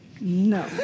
No